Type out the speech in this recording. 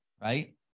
right